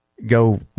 Go